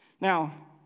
Now